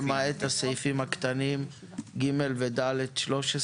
14 למעט סעיפים קטנים (ג) ו-(ד) ב-13?